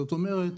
זאת אומרת,